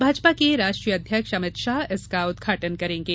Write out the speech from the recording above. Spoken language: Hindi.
भाजपा के राष्ट्रीय अध्यक्ष अमित शाह इसका उदघाटन करेंगे